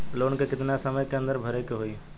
Loan के कितना समय के अंदर भरे के होई?